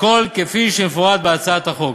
הכול כפי שמפורט בהצעת החוק.